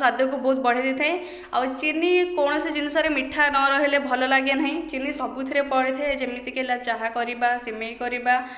ସ୍ୱାଦକୁ ବହୁତ ବଢ଼ାଇ ଦେଇଥାଏ ଆଉ ଚିନି କୌଣସି ଜିନିଷରେ ମିଠା ନ ରହିଲେ ଭଲ ଲଗେ ନାହିଁ ଚିନି ସବୁଥିରେ ପଡ଼ିଥାଏ ଯେମିତିକି ହେଲା ଚାହା କରିବା ସିମେଇ କରିବା